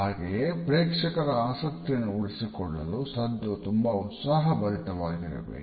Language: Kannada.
ಹಾಗೆಯೇ ಪ್ರೇಕ್ಷಕರ ಆಸಕ್ತಿಯನ್ನು ಉಳಿಸಿಕೊಳ್ಳಲು ಸದ್ದು ತುಂಬಾ ಉತ್ಸಹಭರಿತವಾಗಿರಬೇಕು